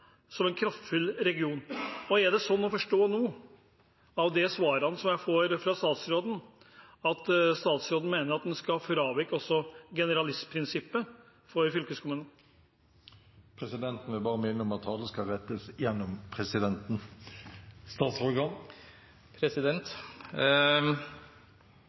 som en kraftfull region? Er det sånn å forstå nå av de svarene jeg får fra statsråden, at statsråden mener at man skal fravike generalistprinsippet for fylkeskommunene? Vi må først konstatere at